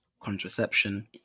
contraception